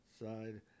side